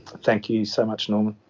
thank you so much norman.